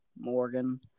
Morgan